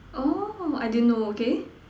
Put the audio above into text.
oh I didn't know okay